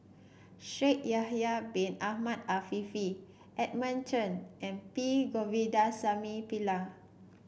Shaikh Yahya Bin Ahmed Afifi Edmund Cheng and P Govindasamy Pillai